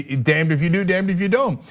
ah damned if you do, damned if you don't.